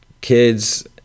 kids